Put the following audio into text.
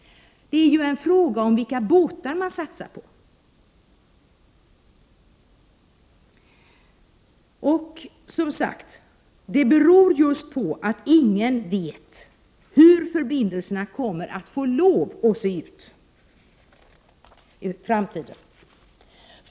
Det är ju en fråga om vilka båtar man satsar på. Och att man inte satsar på sådana båtar beror som sagt på att ingen vet hur förbindelserna kommer att få lov att se ut i framtiden.